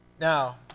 Now